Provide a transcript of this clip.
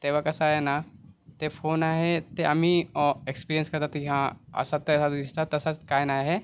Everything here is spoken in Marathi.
तेव्हा कसं आहे ना ते फोन आहे ते आम्ही एक्स्पियन्स करतात ते ह्या असा तयार दिसतात तसाच काय नाही आहे